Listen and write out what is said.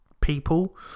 people